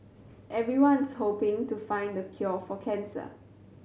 everyone's hoping to find the cure for cancer